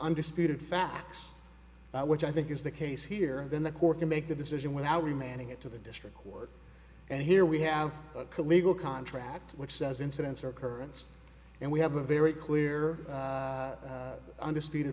undisputed facts which i think is the case here then the court can make a decision without remanding it to the district court and here we have a legal contract which says incidents are currents and we have a very clear undisputed